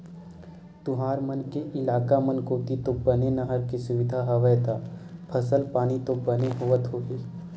तुंहर मन के इलाका मन कोती तो बने नहर के सुबिधा हवय ता फसल पानी तो बने होवत होही?